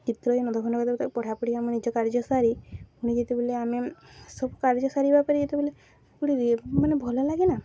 ଚିତ୍ରରୁ ମୁଣ୍ଡ କାଢ଼ି ପଢ଼ାପଢ଼ି ଆମ ନିଜେ କାର୍ଯ୍ୟ ସାରି ପୁଣି ଯେତେ ବେଲେ ଆମେ ସବ କାର୍ଯ୍ୟ ସାରିବା ପରେ ଯେତେ ବଲେ ପୁଣି ମାନେ ଭଲ ଲାଗେନା